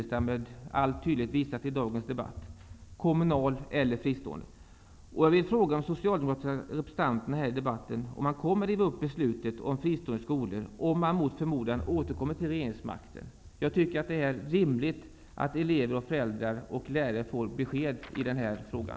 Det har Bengt Silfverstrand tydligt visat i dagens debatt. Jag vill fråga de socialdemokratiska representanterna här i debatten om man kommer att riva upp beslutet om fristående skolor om man mot förmodan återkommer till regeringsmakten. Jag tycker det är rimligt att elever, föräldrar och lärare får besked i frågan.